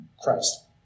Christ